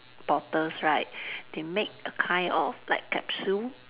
bottles right they make a kind of like capsule